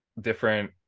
different